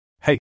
Hey